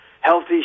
healthy